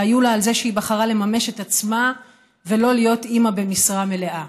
שהיו לה על זה שהיא בחרה לממש את עצמה ולא להיות אימא במשרה מלאה,